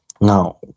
Now